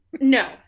No